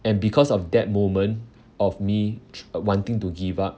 and because of that moment of me ch~ wanting to give up